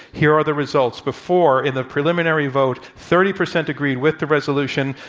here are the results. before, in the preliminary vote, thirty percent agree with the resolution,